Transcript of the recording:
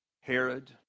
Herod